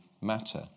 matter